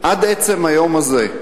עד עצם היום הזה,